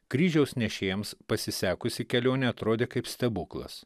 kryžiaus nešėjams pasisekusi kelionė atrodė kaip stebuklas